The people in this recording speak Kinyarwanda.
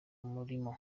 mulimo